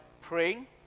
praying